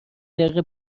دقیقه